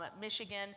Michigan